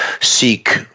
seek